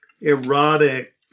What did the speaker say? erotic